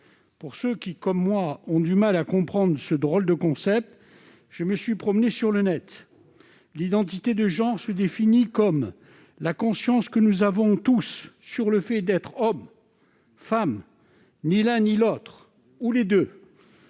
genre ». Ayant, comme d'autres, du mal à comprendre ce drôle de concept, je me suis promené sur la toile. L'identité de genre se définit comme « la conscience que nous avons tous sur le fait d'être homme, femme, ni l'un ni l'autre, ou les deux